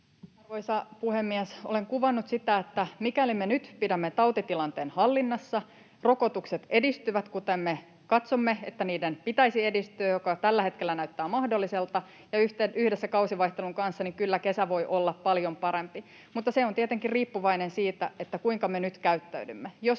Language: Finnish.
Arvoisa puhemies! Olen kuvannut sitä, että mikäli me nyt pidämme tautitilanteen hallinnassa, rokotukset edistyvät kuten me katsomme, että niiden pitäisi edistyä, mikä tällä hetkellä näyttää mahdolliselta, yhdessä kausivaihtelun kanssa kyllä kesä voi olla paljon parempi. Mutta se on tietenkin riippuvainen siitä, kuinka me nyt käyttäydymme.